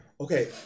Okay